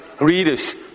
readers